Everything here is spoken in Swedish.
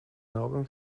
någon